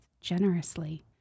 generously